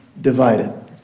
Divided